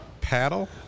paddle